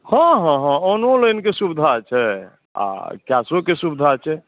हँ हँ हँ ऑनोलाइनके सुविधा छै आ कैशोके सुविधा छै